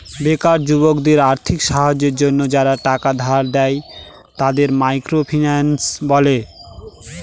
বেকার যুবকদের আর্থিক সাহায্যের জন্য যারা টাকা ধার দেয়, তাদের মাইক্রো ফিন্যান্স বলে